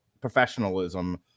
professionalism